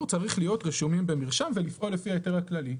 צריך להיות רשומים במרשם ולפעול לפי ההיתר הכללי.